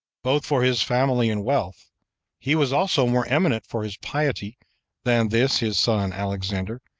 both for his family and wealth he was also more eminent for his piety than this his son alexander,